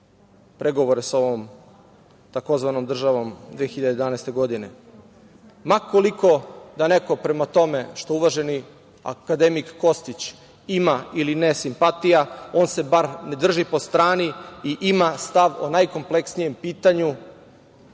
pregovore sa ovom tzv. državom 2011. godine. Ma koliko, da neko prema tome, što uvaženi akademik Kostić ima ili nema simpatija, on se bar ne drži po strani i ima stav o najkompleksnijem pitanju